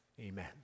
Amen